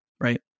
right